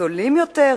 זולים יותר,